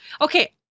Okay